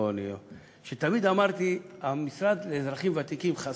אני תמיד אמרתי שהמשרד לאזרחים ותיקים חסר,